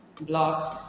blocks